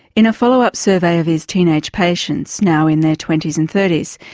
in a follow-up survey of his teenage patients now in their twenty s and thirty s,